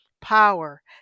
power